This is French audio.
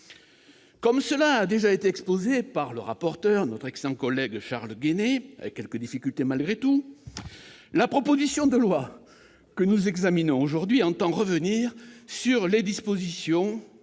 Comme cela a déjà été exposé par notre rapporteur, l'excellent Charles Guené, avec quelques difficultés malgré tout, la proposition de loi que nous examinons aujourd'hui a pour objet de revenir sur les dispositions